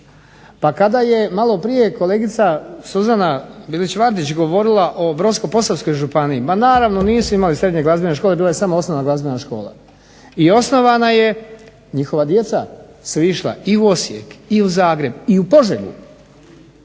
Pa kada je maloprije kolegica Suzana Bilić Vardić govorila o Brodsko-posavskoj županiji, ma naravno nisu imali srednje glazbene škole, bila je samo osnovna glazbena škola. I osnovana je, njihova djeca su išla i u Osijek i u Zagreb i u Požegu,